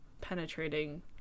penetrating